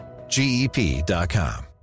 GEP.com